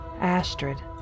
Astrid